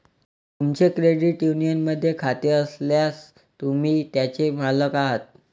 तुमचे क्रेडिट युनियनमध्ये खाते असल्यास, तुम्ही त्याचे मालक आहात